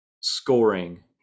scoring